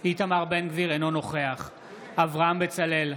אינו נוכח אברהם בצלאל,